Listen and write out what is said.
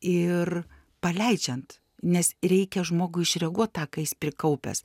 ir paleidžiant nes reikia žmogui išreaguot tą ką jis prikaupęs